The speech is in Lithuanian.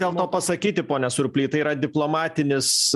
dėl to pasakyti pone surply tai yra diplomatinis